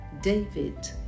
David